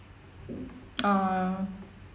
uh